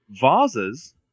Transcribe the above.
vases